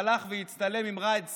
שהלך והצטלם עם ראאד סלאח,